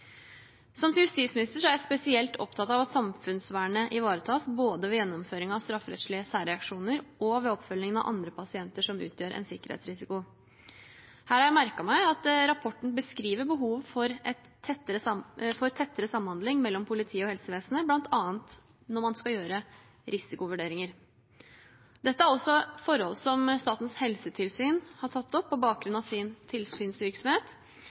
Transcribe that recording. Som justisminister er jeg spesielt opptatt av at samfunnsvernet ivaretas, både ved gjennomføringen av strafferettslige særreaksjoner og ved oppfølgingen av andre pasienter som utgjør en sikkerhetsrisiko. Her har jeg merket meg at rapporten beskriver et behov for tettere samhandling mellom politiet og helsevesenet, bl.a. når man skal gjøre risikovurderinger. Dette er også forhold som Statens helsetilsyn har tatt opp, på bakgrunn av sin tilsynsvirksomhet.